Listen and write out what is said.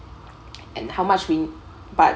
and how much we but